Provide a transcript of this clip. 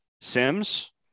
Sims